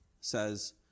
says